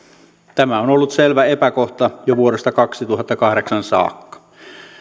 tämä on ollut selvä epäkohta jo vuodesta kaksituhattakahdeksan